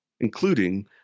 including